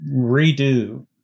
redo